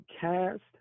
cast